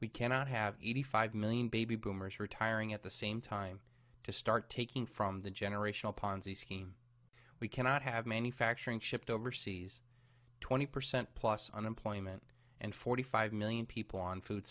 we cannot have eighty five million baby boomers retiring at the same time to start taking from the generational ponzi scheme we cannot have manufacturing shipped overseas twenty percent plus unemployment and forty five million people on food